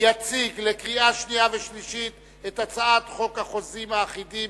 יציג לקריאה שנייה ושלישית את הצעת חוק החוזים האחידים